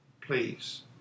Please